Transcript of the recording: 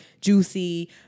juicy